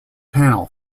panel